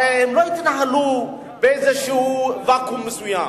הרי הם לא התנהלו באיזה ואקום מסוים.